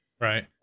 Right